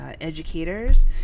educators